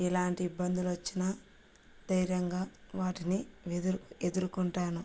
ఎలాంటి ఇబ్బందులొచ్చినా ధైర్యంగా వాటిని ఎదు ఎదురుకుంటాను